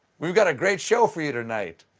we've got a great show for you tonight.